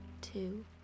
two